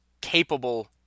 capable